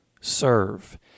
serve